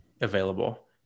available